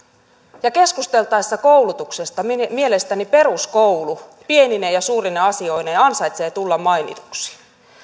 ja keskusteltaessa koulutuksesta mielestäni peruskoulu pienine ja suurine asioineen ansaitsee tulla mainituksi